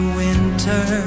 winter